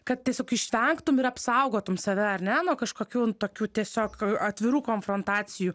kad tiesiog išvengtum ir apsaugotum save ar ne nuo kažkokių tokių tiesiog atvirų konfrontacijų